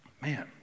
man